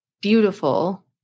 beautiful